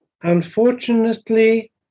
Unfortunately